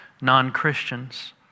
non-Christians